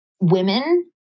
women